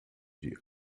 die